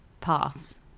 paths